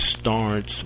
starts